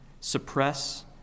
suppress